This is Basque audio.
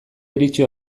iritsi